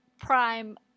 prime